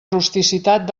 rusticitat